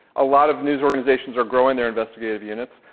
a lot of news organizations are growing their investigative units.